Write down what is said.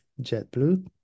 JetBlue